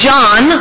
John